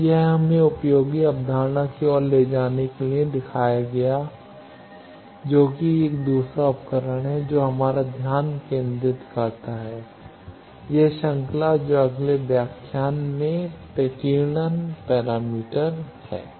तो यह हमें उपयोगी अवधारणा की ओर ले जाने के लिए दिखाया जाएगा जो कि एक दूसरा उपकरण है जो हमारा ध्यान केंद्रित करता है यह श्रृंखला जो अगले व्याख्यान में प्रकीर्णन पैरामीटर है